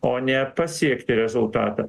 o ne pasiekti rezultatą